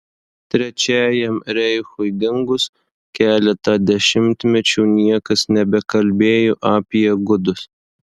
trečiajam reichui dingus keletą dešimtmečių niekas nebekalbėjo apie gudus